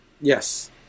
Yes